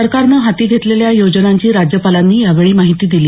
सरकारनं हाती घेतलेल्या योजनांची राज्यपालांनी यावेळी माहिती दिली